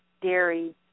dairy